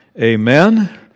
Amen